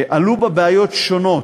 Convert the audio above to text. עלו בה בעיות שונות.